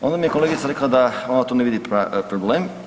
Onda mi je kolegica rekla da onda tu ne vidi problem.